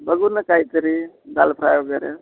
बघू ना काहीतरी दाल फ्राय वगैरे